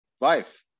life